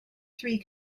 three